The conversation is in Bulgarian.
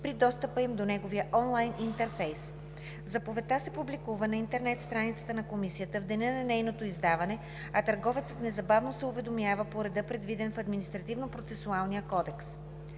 при достъпа им до неговия онлайн интерфейс. Заповедта се публикува на интернет страницата на комисията в деня на нейното издаване, а търговецът незабавно се уведомява по реда, предвиден в Административнопроцесуалния кодекс.